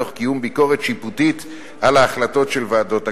תוך קיום ביקורת שיפוטית על ההחלטות של ועדות הקבלה.